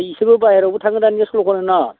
इसोरबो बाहेरायावबो थाङो दानिया सल' खननो ना